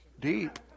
deep